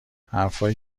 حرفهایی